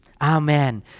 Amen